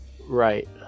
Right